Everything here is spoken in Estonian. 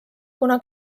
kuna